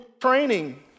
training